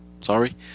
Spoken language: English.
sorry